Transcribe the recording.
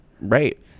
right